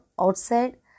outside